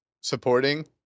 supporting